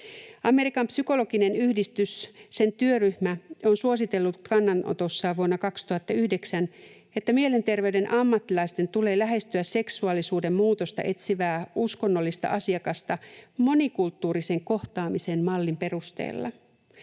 Amerikan psykologinen yhdistys, sen työryhmä, on suositellut kannanotossaan vuonna 2009, että mielenterveyden ammattilaisten tulee lähestyä seksuaalisuuden muutosta etsivää uskonnollista asiakasta monikulttuurisen kohtaamisen mallin perusteella.